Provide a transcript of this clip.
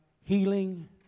healing